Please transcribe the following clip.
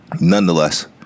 Nonetheless